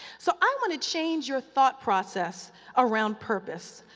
so, i want to change your thought process around purpose.